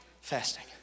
fasting